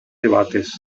debates